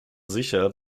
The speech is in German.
sicher